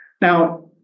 Now